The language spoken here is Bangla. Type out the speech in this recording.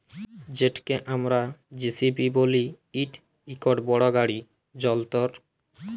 যেটকে আমরা জে.সি.বি ব্যলি ইট ইকট বড় গাড়ি যল্তর